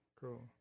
Cool